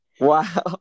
Wow